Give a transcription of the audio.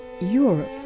Europe